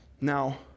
Now